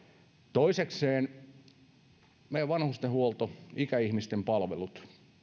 toisekseen jos meidän vanhustenhuoltomme ikäihmisten palvelut